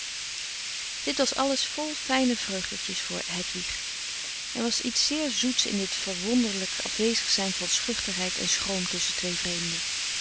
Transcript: dit was alles vol fijne vreugdetjes voor hedwig er was iets zeer zoets in dit verwonderlijk afwezig zijn van schuchterheid en schroom tusschen twee vreemden